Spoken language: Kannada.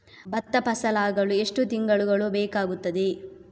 ಭತ್ತ ಫಸಲಾಗಳು ಎಷ್ಟು ತಿಂಗಳುಗಳು ಬೇಕಾಗುತ್ತದೆ?